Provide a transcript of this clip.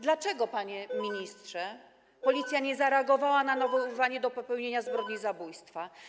Dlaczego, panie ministrze, policja nie zareagowała na nawoływanie do popełnienia zbrodni zabójstwa?